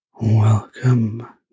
welcome